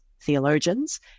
theologians